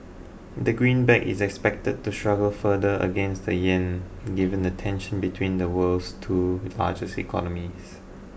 the greenback is expected to struggle further against the yen given the tension between the world's two largest economies